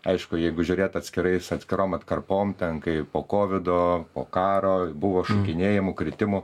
aišku jeigu žiūrėt atskirais atskirom atkarpom ten kai po kovido po karo buvo šokinėjimų kritimų